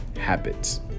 habits